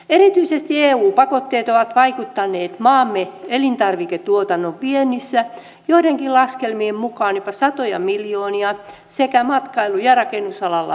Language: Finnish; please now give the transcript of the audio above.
erityisesti eu pakotteet ovat vaikuttaneet maamme elintarviketuotannon vientiin joidenkin laskelmien mukaan jopa satoja miljoonia sekä matkailu ja rakennusalaan myös